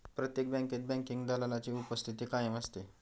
प्रत्येक बँकेत बँकिंग दलालाची उपस्थिती कायम असते